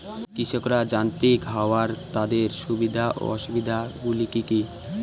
কৃষকরা যান্ত্রিক হওয়ার তাদের সুবিধা ও অসুবিধা গুলি কি কি?